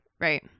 Right